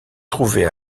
trouvait